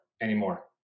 anymore